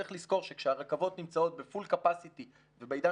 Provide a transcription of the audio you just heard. צריך לזכור שכשהרכבות נמצאות בפול קפסיטי ובעידן